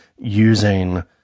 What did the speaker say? using